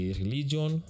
religion